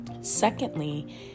Secondly